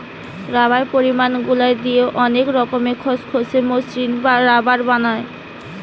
rubber polymer গুলা দিয়ে অনেক রকমের খসখসে, মসৃণ রাবার বানায়